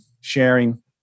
sharing